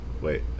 wait